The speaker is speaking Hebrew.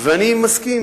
אני מסכים